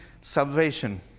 salvation